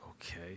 Okay